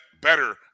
better